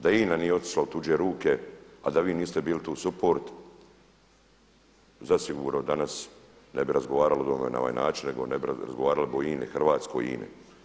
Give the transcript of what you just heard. Da INA nije otišla u tuđe ruke a da vi niste bili tu suport zasigurno danas ne bi razgovarali o ovome na ovaj način nego ne bi razgovarali o INA-i, hrvatskoj INA-i.